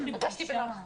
הפסקה אולי.